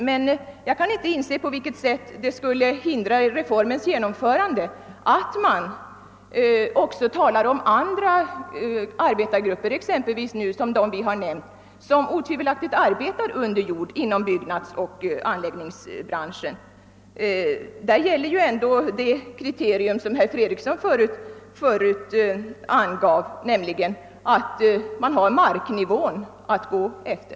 Men jag kan inte inse på vilket sätt reformens genomförande skulle hindras av att man också tar med andra arbetargrupper, exempelvis de grupper som vi har nämnt och som otvivelaktigt arbetar under jord inom byggnadsoch anläggningsbranschen. Där gäller det kriterium som herr Fredriksson angav: man har marknivån att gå efter.